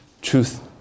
truth